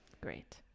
Great